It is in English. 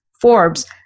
Forbes